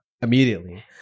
Immediately